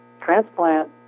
transplant